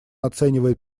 оценивает